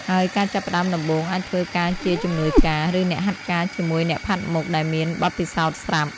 ហើយការចាប់ផ្តើមដំបូង អាចធ្វើការជាជំនួយការ ឬអ្នកហាត់ការជាមួយអ្នកផាត់មុខដែលមានបទពិសោធន៍ស្រាប់។